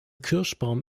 kirschbaum